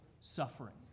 suffering